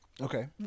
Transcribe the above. Okay